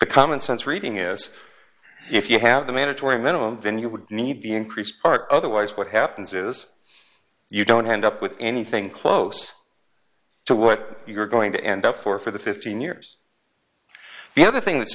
common sense reading is if you have the mandatory minimum then you would need the increased heart otherwise what happens is you don't end up with anything close to what you're going to end up for for the fifteen years the other thing that's